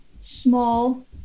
Small